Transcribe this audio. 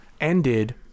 ended